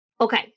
Okay